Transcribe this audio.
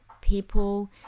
people